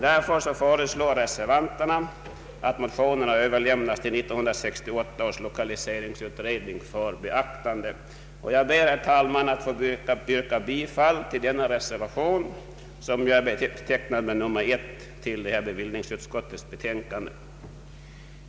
Därför föreslår reservanterna att motionerna överlämnas till 1968 års lokaliseringsutredning för beaktande. Jag ber, herr talman, att få yrka bifall till denna reservation vid bevillningsutskottets betänkande, betecknad med nr 1.